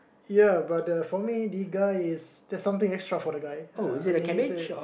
ya but the for me Digga is there's something extra for the guy I mean he say